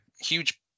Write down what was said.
huge